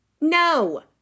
no